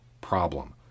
problem